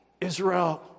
Israel